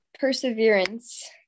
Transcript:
perseverance